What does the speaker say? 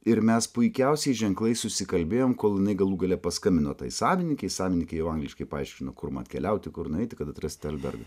ir mes puikiausiai ženklais susikalbėjom kol jinai galų gale paskambino tai savininkei savininkė jau angliškai paaiškino kur man keliauti kur nueiti kad atrasti albergą